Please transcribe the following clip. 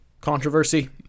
Controversy